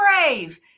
brave